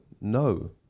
No